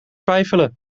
twijfelen